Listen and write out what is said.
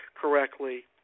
correctly